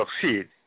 succeed